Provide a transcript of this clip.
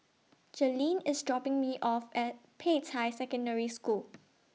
Jalynn IS dropping Me off At Peicai Secondary School